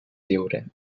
lliure